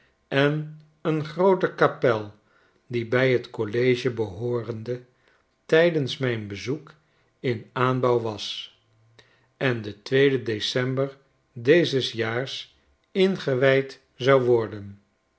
en een groote kapel die bij t college behoorende tijdens mijn bezoek in aanbouw was en den tweeden december dezes jaars ingewijd zou worden